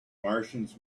martians